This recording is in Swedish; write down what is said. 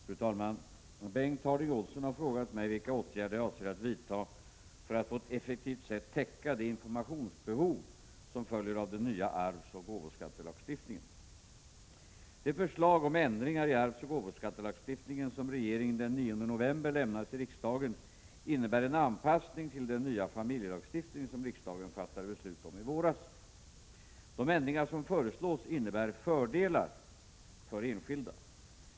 Fru talman! Bengt Harding Olson har frågat mig vilka åtgärder jag avser att vidta för att på ett effektivt sätt täcka det informationsbehov som följer av den nya arvsoch gåvoskattelagstiftningen. Det förslag om ändringar i arvsoch gåvoskattelagstiftningen som regeringen den 9 november lämnade till riksdagen innebär en anpassning av denna lagstiftning till den nya familjelagstiftning som riksdagen fattade beslut om i våras. De ändringar som föreslås innebär fördelar för enskilda.